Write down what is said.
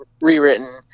rewritten